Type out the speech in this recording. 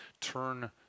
turn